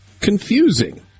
confusing